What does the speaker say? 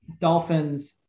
dolphins